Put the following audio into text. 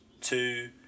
Two